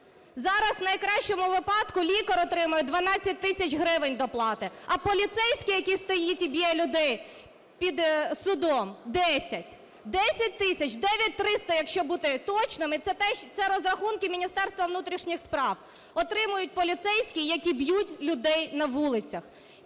Зараз в найкращому випадку лікар отримує 12 тисяч гривень доплати. А поліцейський, який стоїть і б'є людей під судом, 10. 10 тисяч. 9300, якщо бути точним. І це розрахунки Міністерства внутрішніх справ. Отримують поліцейські, які б'ють людей на вулицях.